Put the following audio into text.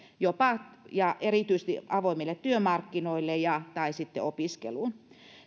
erityisesti avoimille työmarkkinoille tai sitten opiskeluun